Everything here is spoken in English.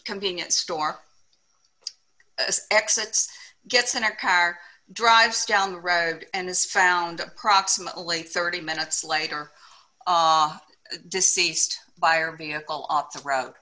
convenience store exits gets in a car drives down the road and is found proximately thirty minutes later deceased by or vehicle off the road